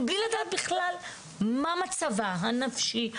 מבלי לדעת בכלל מה מצבה הנפשי,